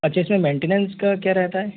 अच्छा इस में मेंटेनेन्स का क्या रेहता है